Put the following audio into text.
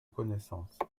connaissances